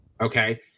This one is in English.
Okay